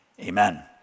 amen